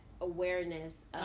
awareness